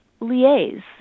liaise